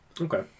Okay